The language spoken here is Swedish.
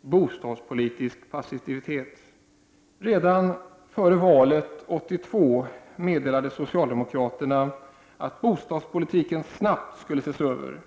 bostadspolitisk passivitet. Redan före valet 1982 meddelade socialdemokraterna att bostadspolitiken snabbt skulle ses över.